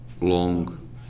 long